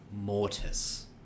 Mortis